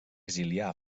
exiliar